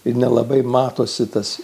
ir nelabai matosi tas